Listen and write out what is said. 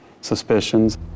suspicions